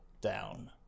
down